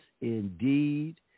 indeed